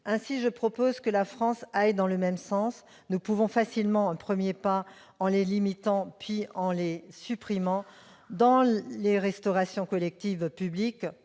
Aussi, je propose que la France aille dans le même sens. Nous pouvons facilement faire un premier pas en les limitant, puis en les supprimant, dans la restauration collective publique